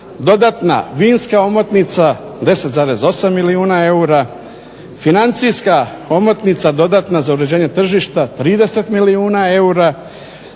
dodatna vinska omotnica 10,8 milijuna eura, financijska omotnica dodatna za uređenje tržišta 30 milijuna eura,